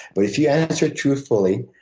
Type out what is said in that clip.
but if you answer truthfully,